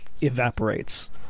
evaporates